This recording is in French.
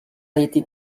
été